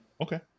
Okay